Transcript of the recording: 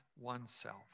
oneself